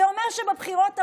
זה אומר שבבחירות הבאות,